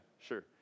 sure